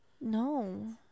No